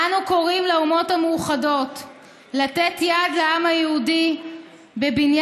"אנו קוראים לאומות המאוחדות לתת יד לעם היהודי בבניין